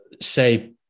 Say